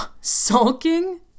Sulking